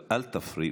אבל אל תפריעו.